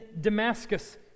Damascus